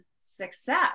success